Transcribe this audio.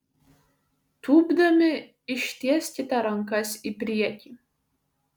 tūpdami ištieskite rankas į priekį